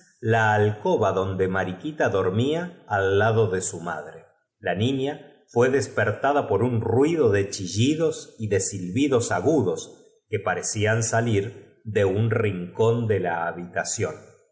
grajeas coba donde mariquita dormía al lado de y sus mazapanes en su consecuencia su madre la niña fué despertada por un ruido de chillidos y de silbidos ag'jdos que parecían salir de un rincón de la habitación